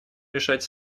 решать